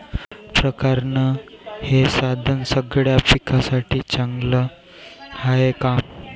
परकारं हे साधन सगळ्या पिकासाठी चांगलं हाये का?